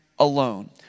alone